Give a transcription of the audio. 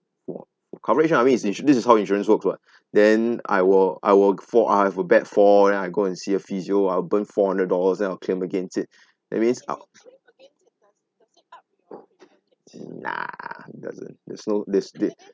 !wah! coverage lah I mean is this is how insurance works [what] then I will I will fall I have a bad fall then I go and see a physio I will burn four hundred dollars then I will claim against it that means ou~ nah it's doesn't there's no there's